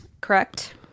Correct